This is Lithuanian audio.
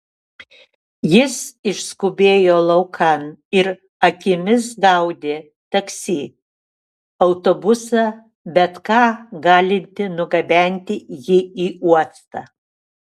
jis išskubėjo laukan ir akimis gaudė taksi autobusą bet ką galintį nugabenti jį į uostą